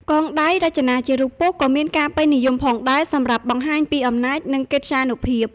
កងដៃរចនាជារូបពស់ក៏មានការពេញនិយមផងដែរសម្រាប់បង្ហាញពីអំណាចនិងកិត្យានុភាព។